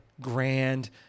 grand